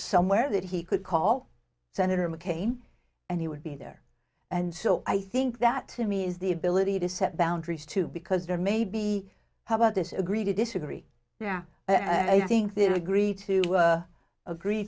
somewhere that he could call senator mccain and he would be there and so i think that to me is the ability to set boundaries too because there may be how about this agree to disagree yeah i think th